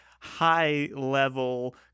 high-level